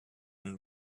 and